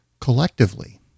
collectively